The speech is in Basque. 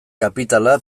kapitala